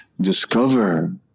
Discover